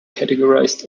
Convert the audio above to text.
categorized